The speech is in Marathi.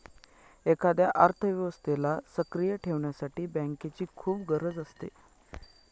एखाद्या अर्थव्यवस्थेला सक्रिय ठेवण्यासाठी बँकेची खूप गरज असते